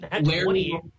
Larry